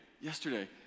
yesterday